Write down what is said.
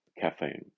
caffeine